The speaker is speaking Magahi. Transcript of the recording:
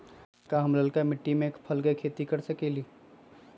का हम लालका मिट्टी में फल के खेती कर सकेली?